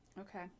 Okay